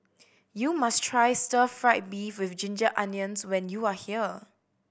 you must try stir fried beef with ginger onions when you are here